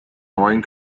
neuen